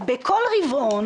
בכל רבעון,